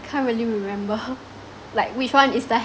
can't really remember like which one is the